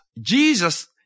Jesus